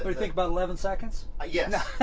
do you think, about eleven seconds? ah yeah,